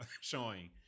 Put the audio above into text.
showing